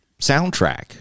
soundtrack